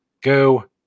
Go